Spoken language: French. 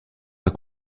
pas